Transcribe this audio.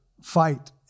fight